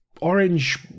orange